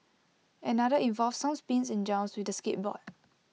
another involved some spins and jumps with the skateboard